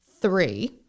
three